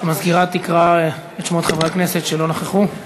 המזכירה תקרא את שמות חברי הכנסת שלא נכחו.